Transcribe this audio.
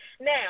Now